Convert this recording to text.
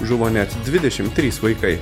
žuvo net dvidešim trys vaikai